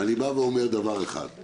אני אומר דבר אחד ואציג